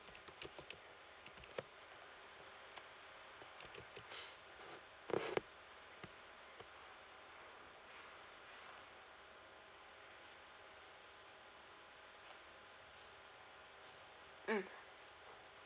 mm